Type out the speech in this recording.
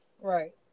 Right